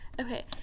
okay